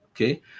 okay